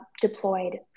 deployed